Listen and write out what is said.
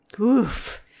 Oof